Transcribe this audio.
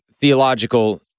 theological